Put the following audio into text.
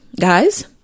guys